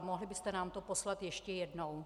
Mohli byste nám to poslat ještě jednou?